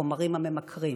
לחומרים הממכרים.